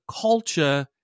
culture